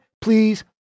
please